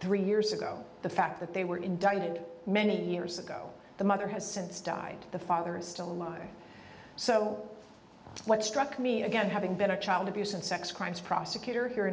three years ago the fact that they were indicted many years ago the mother has since died the father is still alive so what struck me again having been a child abuse and sex crimes prosecutor here in